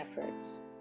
efforts